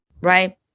Right